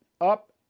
up